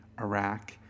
Iraq